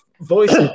voice